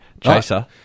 Chaser